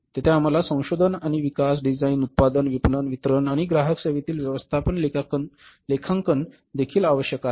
येथे आम्हाला संशोधन आणि विकास डिझाइन उत्पादन विपणन वितरण आणि ग्राहक सेवेतील व्यवस्थापन लेखांकन देखील आवश्यक आहे